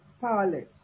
powerless